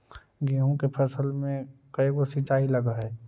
गेहूं के फसल मे के गो सिंचाई लग हय?